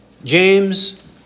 James